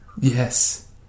Yes